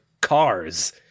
cars